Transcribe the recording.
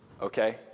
okay